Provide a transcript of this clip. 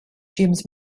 james